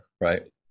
Right